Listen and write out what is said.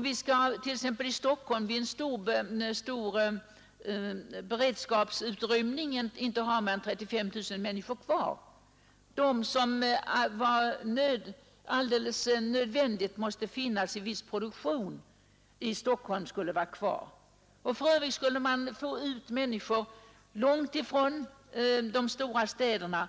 Vi skulle t.ex. i Stockholm vid en stor beredskapsutrymning inte ha mer än 35 000 människor kvar. Endast de som nödvändigtvis måste finnas i viss produktion i Stockholm skulle vara kvar, och för övrigt skulle människorna vistas långt från de stora städerna.